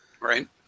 Right